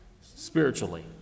spiritually